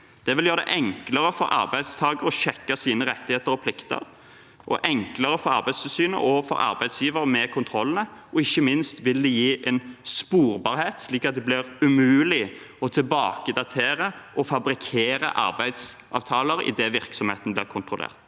Det vil gjøre det enklere for arbeidstakeren å sjekke sine rettigheter og plikter og enklere for Arbeidstilsynet og arbeidsgiver å kontrollere, og ikke minst vil det gi en sporbarhet, slik at det blir umulig å tilbakedatere og fabrikkere arbeidsavtaler idet virksomheten blir kontrollert.